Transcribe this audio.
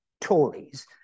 Tories